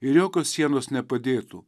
ir jokios sienos nepadėtų